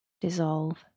dissolve